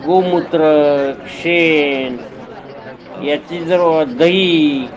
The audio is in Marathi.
गोमूत्र शेण याची जर दही